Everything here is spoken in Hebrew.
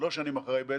שלוש שנים אחרי בעצם.